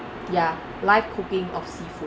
ya live cooking of seafood